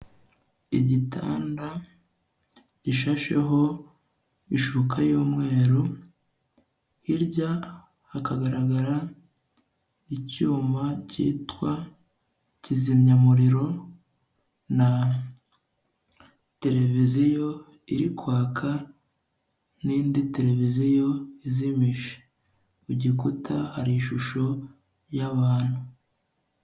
Igitanda gishasheho ishuka y'umweru, hirya hakagaragara icyuma cyitwa kizimyamuriro na televiziyo iri kwaka n'indi televiziyo izimije, ku gikuta hari ishusho iriho abantu.